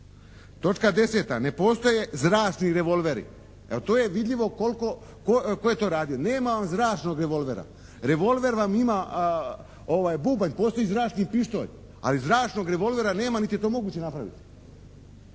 Točka 10. Ne postoje zračni revolveri jer to je vidljivo koliko, tko je to radio. Nema vam zračnog revolvera. Revolver vam ima bubanj, postoji zračni pištolj. Ali zračnog revolvera nema niti je to moguće napraviti.